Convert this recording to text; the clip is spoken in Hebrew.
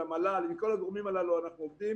למל"ל עם כל הגורמים הללו אנחנו עובדים